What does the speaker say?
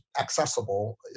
accessible